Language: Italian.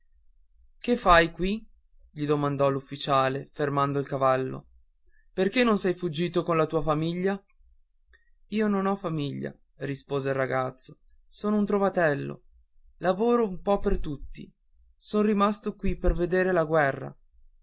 che fai qui gli domandò l'ufficiale fermando il cavallo perché non sei fuggito con la tua famiglia io non ho famiglia rispose il ragazzo sono un trovatello lavoro un po per tutti son rimasto qui per veder la guerra